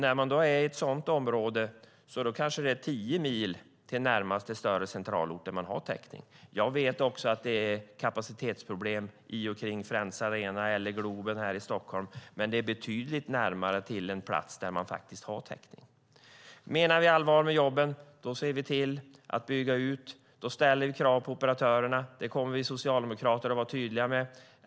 Är man i ett sådant område kan det vara tio mil till närmaste större centralort där man har täckning. Jag vet också att det är kapacitetsproblem i och kring Friends arena och Globen här i Stockholm, men då har man betydligt närmare till en plats med täckning. Menar vi allvar med jobben ser vi till att bygga ut. Då ställer vi krav på operatörerna. Det kommer vi socialdemokrater att vara tydliga med.